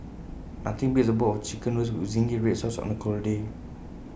nothing beats A bowl of Chicken Noodles with Zingy Red Sauce on A cold day